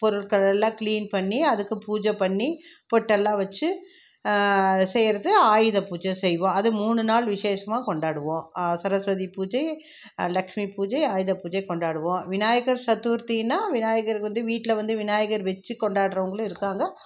பொருட்களெல்லாம் க்ளீன் பண்ணி அதுக்கு பூஜை பண்ணி பொட்டெல்லாம் வச்சு செய்யறது ஆயுத பூஜை செய்வோம் அது மூணு நாள் விசேஷமாக கொண்டாடுவோம் சரஸ்வதி பூஜை லக்ஷ்மி பூஜை ஆயுத பூஜை கொண்டாடுவோம் விநாயகர் சதுர்த்தினால் விநாயகருக்கு வந்து வீட்டில் வந்து விநாயகர் வச்சு கொண்டாடுறவங்களும் இருக்காங்க